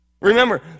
Remember